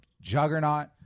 juggernaut